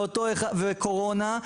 וקורונה,